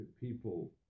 people